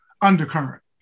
undercurrent